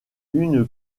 une